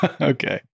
Okay